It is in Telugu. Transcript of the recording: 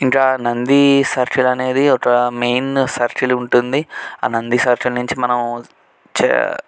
ఇంకా నంది సర్కిల్ అనేది ఒక మెయిన్ సర్కిల్ ఉంటుంది ఆ నంది సర్కిల్ నుంచి మనం చ